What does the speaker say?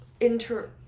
inter